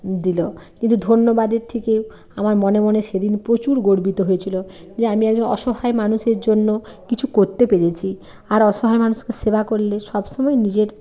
দিল কিন্তু ধন্যবাদের থিকেও আমার মনে মনে সেদিন প্রচুর গর্বিত হয়েছিলো যে আমি একজন অসহায় মানুষের জন্য কিছু করতে পেরেছি আর অসহায় মানুষকে সেবা করলে সব সময় নিজের